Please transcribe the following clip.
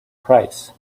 price